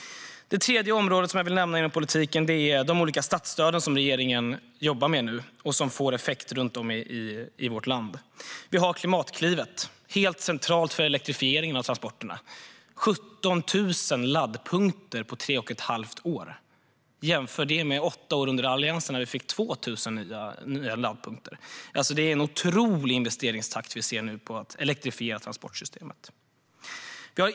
Det tredje område som jag vill nämna inom politiken är de olika statsstöd som regeringen nu jobbar med och som får effekt runt om i vårt land. Klimatklivet är helt centralt för elektrifieringen av transporterna. 17 000 laddpunkter på tre och ett halvt år - jämför det med alliansregeringens åtta år, när vi fick 2 000 nya laddpunkter. Det är en otrolig investeringstakt nu i elektrifieringen av transportsystemet.